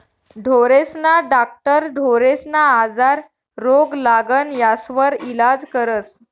ढोरेस्ना डाक्टर ढोरेस्ना आजार, रोग, लागण यास्वर इलाज करस